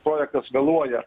projektas vėluoja